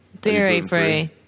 dairy-free